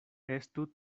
estu